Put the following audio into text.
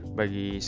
bagi